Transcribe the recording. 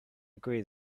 agree